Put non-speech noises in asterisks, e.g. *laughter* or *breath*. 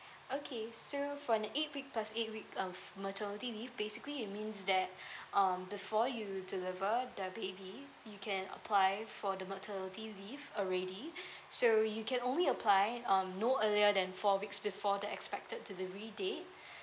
okay so for the eight week plus eight week um maternity leave basically it means that *breath* um before you deliver the baby you can apply for the maternity leave already *breath* so you can only apply um no earlier than four weeks before the expected delivery date